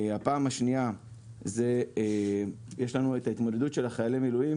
הפעם השנייה יש לנו את ההתמודדות של חיילי המילואים